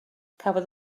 cafodd